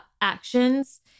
actions